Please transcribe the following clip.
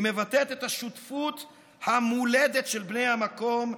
היא מבטאת את השותפות המולדת של בני המקום,